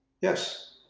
Yes